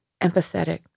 empathetic